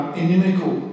inimical